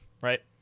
right